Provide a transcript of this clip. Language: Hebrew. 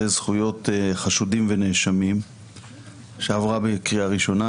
זכויות חשודים ונאשמים שעבר בקריאה ראשונה,